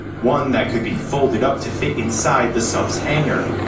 one that could be folded up to fit inside the sub's hanger.